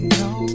no